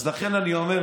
אז לכן אני אומר,